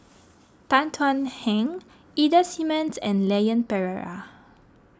Tan Thuan Heng Ida Simmons and Leon Perera